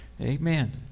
Amen